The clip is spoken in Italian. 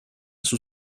sul